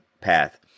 path